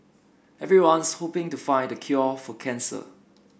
everyone's hoping to find the cure for cancer